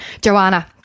Joanna